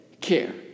care